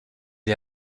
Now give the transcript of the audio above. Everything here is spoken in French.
est